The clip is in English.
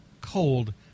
cold